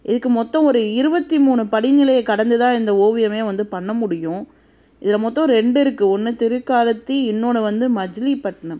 இதுக்கு மொத்தம் ஒரு இருபத்தி மூணு படிநிலையை கடந்து தான் இந்த ஓவியமே வந்து பண்ண முடியும் இதில் மொத்தம் ரெண்டு இருக்குது ஒன்று திருக்காளத்தி இன்னொன்று வந்து மஜிலிப்பட்டினம்